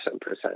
percent